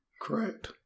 Correct